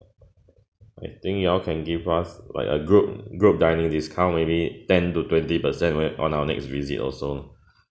I think you all can give us like a group group dining discount maybe ten to twenty percent when on our next visit also